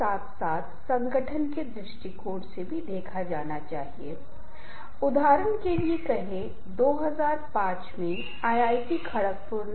अन्यथा यह ठीक से काम नहीं करेगा कुछ समय बाद कुछ समस्या देगा इसलिए यदि आप इसे टालते हैं तो यह केवल कई समस्याओं को जनम देगा और हम काम करने में सक्षम नहीं होंगे